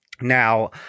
Now